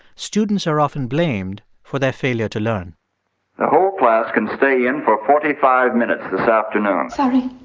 students are often blamed for their failure to learn the whole class can stay in for forty five minutes this afternoon sorry,